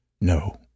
No